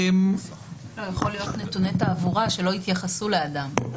יכול להיות נתוני תעבורה שלא יתייחסו לאדם.